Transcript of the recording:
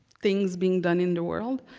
things being done in the world.